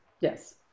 Yes